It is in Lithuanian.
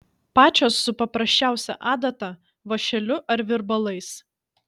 pačios su paprasčiausia adata vąšeliu ar virbalais